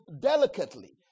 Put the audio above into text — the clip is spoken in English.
delicately